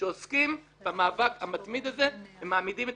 שעוסקות במאבק המתמיד הזה ומעמידה את